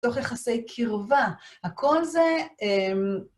תוך יחסי קרבה, הכל זה...